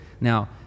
Now